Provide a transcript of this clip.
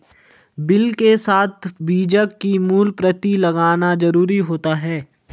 bill के साथ बीजक की मूल प्रति लगाना जरुरी होता है